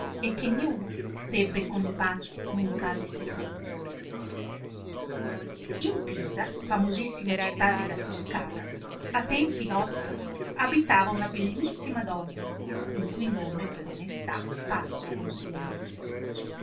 e che niuno debbe con li pazzi comunicar i secreti in pisa famosissima città della toscana a tempi nostri abitava una bellissima donna il cui nome per onestà passo con silenzio